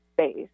space